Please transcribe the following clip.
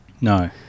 No